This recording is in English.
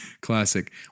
Classic